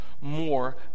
More